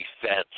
defense